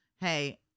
Hey